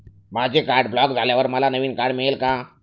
माझे card block झाल्यावर मला नवीन कार्ड मिळेल का?